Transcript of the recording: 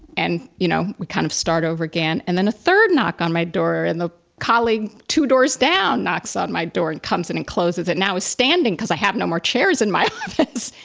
and, you know, we kind of start over again and then a third knock on my door and the colleague two doors down, knocks on my door and comes in and closes it now is standing because i have no more chairs in my office.